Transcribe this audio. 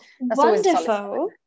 wonderful